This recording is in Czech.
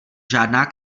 žádná